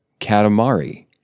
Katamari